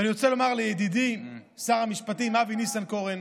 ואני רוצה לומר לידידי שר המשפטים אבי ניסנקורן,